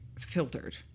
filtered